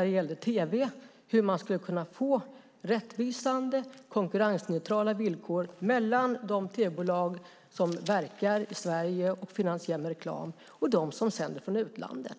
det gällde tv diskuterades hur man skulle få rättvisande konkurrensneutrala villkor mellan de tv-bolag som verkar i Sverige och finansieras med reklam och dem som sänder från utlandet.